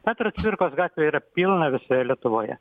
petro cvirkos gatvių yra pilna visoje lietuvoje